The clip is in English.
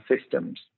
systems